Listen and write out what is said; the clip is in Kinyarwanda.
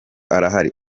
arahari